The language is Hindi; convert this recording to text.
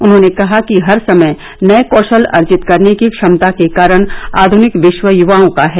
उन्होंने कहा कि हर समय नए कौशल अर्जित करने की क्षमता के कारण आध्निक विश्व युवाओं का है